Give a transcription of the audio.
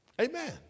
Amen